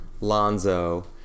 Lonzo